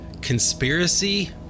conspiracy